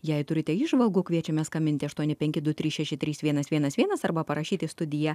jei turite įžvalgų kviečiame skambinti aštuoni penki du trys šeši trys vienas vienas vienas arba parašyt į studiją